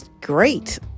great